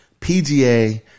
PGA